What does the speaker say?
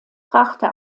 brachte